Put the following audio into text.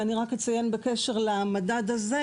ואני רק אציין בקשר למדד הזה,